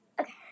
Okay